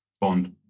bond